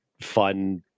fun